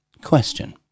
Question